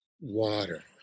water